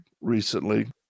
recently